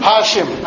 Hashim